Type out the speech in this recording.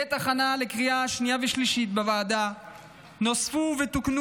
בעת ההכנה לקריאה השנייה והשלישית בוועדה נוספו ותוקנו